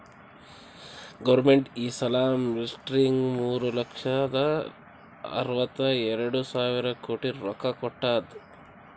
government ಈ ಸಲಾ ಮಿಲ್ಟ್ರಿಗ್ ಮೂರು ಲಕ್ಷದ ಅರ್ವತ ಎರಡು ಸಾವಿರ ಕೋಟಿ ರೊಕ್ಕಾ ಕೊಟ್ಟಾದ್